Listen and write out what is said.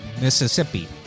Mississippi